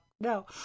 No